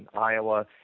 Iowa